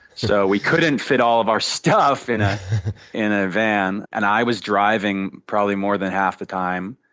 so we couldn't fit all of our stuff in ah in a van. and i was driving probably more than half the time.